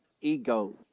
ego